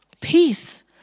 Peace